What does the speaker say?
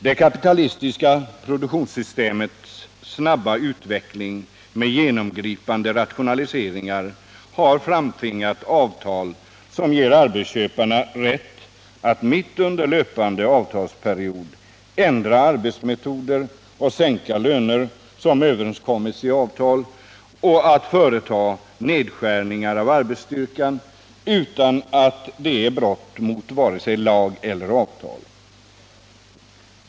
Det kapitalistiska produktionssystemets snabba utveckling med genomgripande rationaliseringar har framtvingat avtal, som ger arbetsköparna rätt att mitt under löpande avtalsperiod ändra arbetsmetoder, sänka löner som överenskommits i avtal och företa nedskärningar av arbetsstyrkan utan att det är ett brott mot vare sig lag eller avtal.